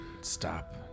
stop